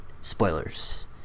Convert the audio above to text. Spoilers